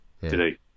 today